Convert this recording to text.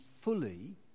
fully